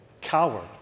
coward